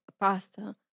pasta